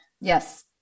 Yes